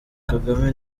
kagame